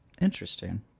Interesting